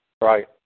Right